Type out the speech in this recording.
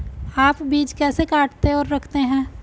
आप बीज कैसे काटते और रखते हैं?